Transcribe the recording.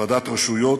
הפרדת רשויות,